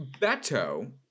Beto